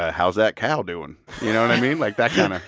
ah how's that cow doing? you know what i mean? like that kind of.